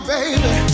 baby